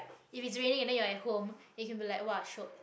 if it's raining and then you're at home then you can be like [wah] shiok